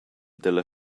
dalla